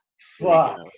fuck